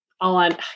on